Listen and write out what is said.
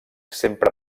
sempre